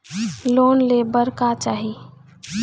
Loan ले बार का चाही?